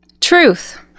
Truth